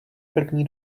první